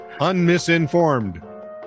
Unmisinformed